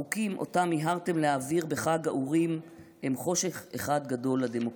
החוקים שאותם מיהרתם להעביר בחג האורים הם חושך אחד גדול לדמוקרטיה.